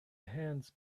hands